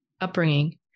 upbringing